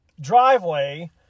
driveway